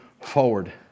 forward